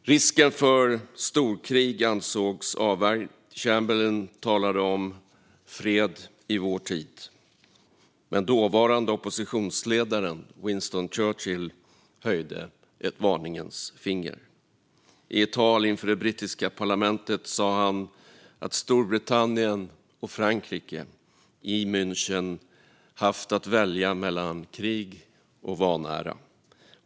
Risken för ett storkrig ansågs vara avvärjd. Chamberlain talade om fred i vår tid. Men dåvarande oppositionsledaren Winston Churchill höjde ett varningens finger. I ett tal inför det brittiska parlamentet sa han att Storbritannien och Frankrike i München haft att välja mellan krig och vanära.